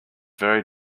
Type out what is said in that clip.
very